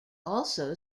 also